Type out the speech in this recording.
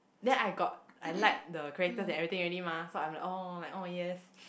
then I got I like the characters and everything already mah so I'm like oh oh yes